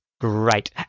Great